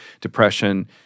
depression